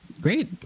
Great